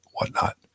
whatnot